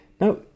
now